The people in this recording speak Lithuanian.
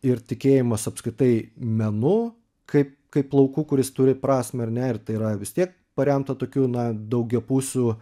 ir tikėjimas apskritai menu kaip kaip lauku kuris turi prasmę ar ne ir tai yra vis tiek paremta tokiu na daugiapusiu